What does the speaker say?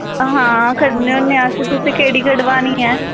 हां कड्ढे होन्ने अस तुसें केह्ड़ी कड़वानी ऐ